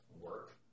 work